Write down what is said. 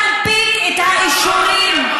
מי מנפיק את האישורים,